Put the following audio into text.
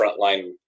frontline